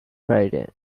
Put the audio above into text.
friday